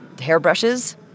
hairbrushes